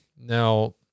Now